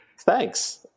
Thanks